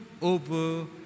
over